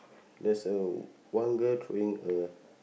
there's a one girl throwing a